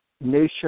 Nation